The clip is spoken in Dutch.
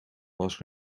was